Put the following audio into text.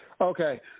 Okay